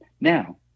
Now